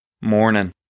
Morning